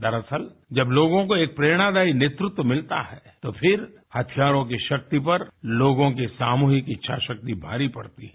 दरअसल जब लोगों को एक प्रेरणादायी नेतृत्व मिलता है तो फिर हथियारों की शक्ति पर लोगों की सामूहिक इच्छाशक्ति भारी पड़ रही है